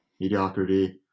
mediocrity